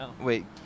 Wait